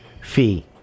fee